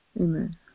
Amen